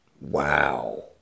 Wow